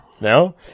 No